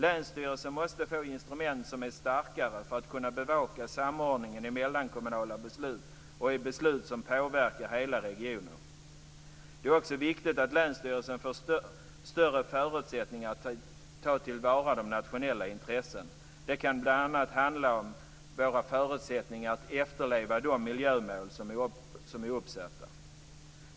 Länsstyrelserna måste få starkare instrument för att kunna bevaka samordningen i mellankommunala beslut och i beslut som påverkar hela regioner. Det är också viktigt att länsstyrelserna får större förutsättningar att ta till vara det nationella intresset. Det kan bl.a. handla om våra förutsättningar att efterleva de miljömål som är uppsatta.